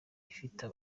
ifite